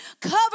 cover